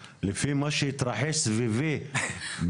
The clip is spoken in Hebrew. אני רוצה לומר שמערכות כאלה שאנחנו מבקשים